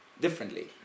differently